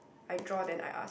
I draw then I ask